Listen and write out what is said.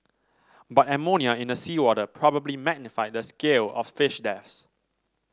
but ammonia in the seawater probably magnified the scale of fish deaths